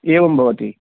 एवं भवति